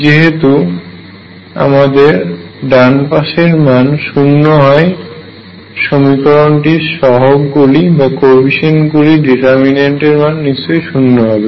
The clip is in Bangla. যেহেতু আমাদের ডান পাশের মান শুন্য হয় সমীকরণটির সহগ গুলির ডিটারমিন্যান্ট এর মান নিশ্চয়ই শুন্য হবে